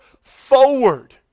forward